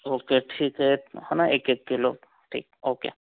okay ठीक है है ना एक एक किलो ठीक ओके